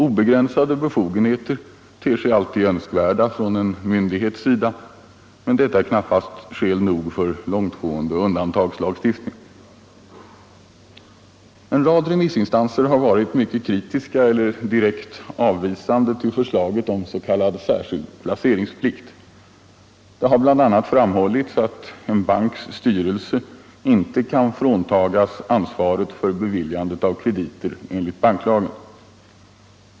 Obegränsade befogenheter ter sig alltid önskvärda från en myndighets sida, men detta är knappast skäl nog för långtgående undantagslagstiftning. En rad remissinstanser har varit mycket kritiska eller direkt avvisande till förslaget om s.k. särskild placeringsplikt. Det har bl.a. framhållits att en banks styrelse inte kan fråntagas ansvaret för beviljande av krediter enligt banklagen.